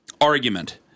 argument